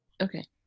Okay